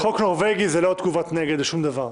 חוק נורבגי זה לא תגובת נגד לשום דבר.